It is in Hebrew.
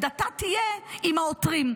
עמדתה תהיה עם העותרים.